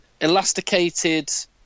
elasticated